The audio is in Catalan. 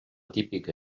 típica